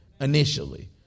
initially